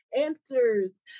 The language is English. answers